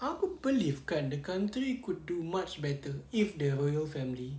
aku believe kan the country could do much better if the royal family